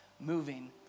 moving